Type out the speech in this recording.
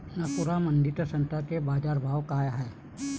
नागपुरामंदी संत्र्याले बाजारभाव काय हाय?